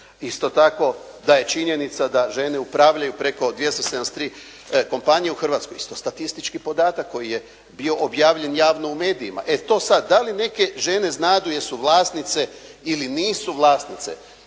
Isto tako da je činjenica da žene upravljaju preko 273 kompanije u Hrvatskoj, isto statistički podatak koji je bio objavljen javno u medijima. E, to sada da li neke žene znadu jesu vlasnice ili nisu vlasnice,